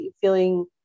feeling